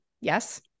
Yes